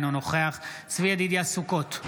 אינו נוכח צבי ידידיה סוכות,